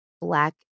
Black